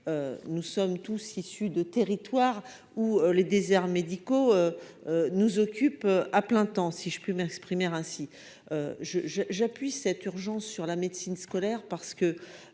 nous sommes tous issus de territoires où les déserts médicaux nous occupe à plein temps, si je puis mince primaire ainsi je, je, j'appuie cette urgence sur la médecine scolaire, parce que,